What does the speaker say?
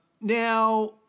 Now